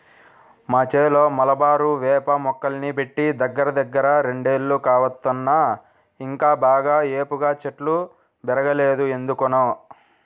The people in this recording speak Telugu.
మా చేలో మలబారు వేప మొక్కల్ని బెట్టి దగ్గరదగ్గర రెండేళ్లు కావత్తన్నా ఇంకా బాగా ఏపుగా చెట్లు బెరగలేదు ఎందుకనో